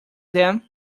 then